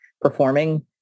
performing